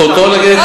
זכותו להגיד את,